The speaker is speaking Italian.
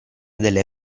delle